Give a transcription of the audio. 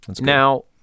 Now